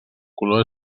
color